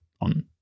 on